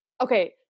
Okay